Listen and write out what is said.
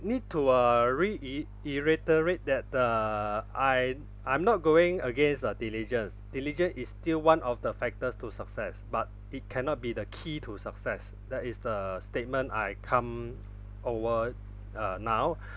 need to uh reit~ reiterate that uh I I'm not going against uh diligence diligent is still one of the factors to success but it cannot be the key to success that is the statement I come over uh now